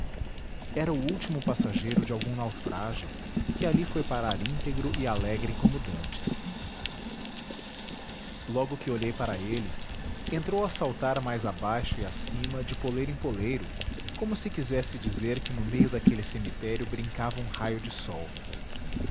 era o último passageiro de algum naufrágio que ali foi parar íntegro e alegre como dantes logo que olhei para ele entrou a saltar mais abaixo e acima de poleiro em poleiro como se quisesse dizer que no meio daquele cemitério brincava um raio de sol